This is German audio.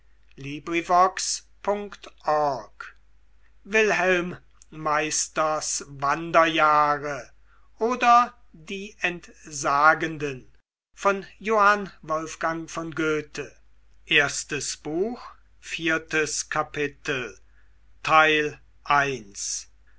wilhelm meisters wanderjahre oder die entsagenden